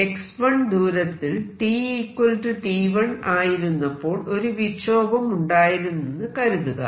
x1 ദൂരത്തിൽ t t1 ആയിരുന്നപ്പോൾ ഒരു വിക്ഷോഭം ഉണ്ടായിരുന്നെന്ന് കരുതുക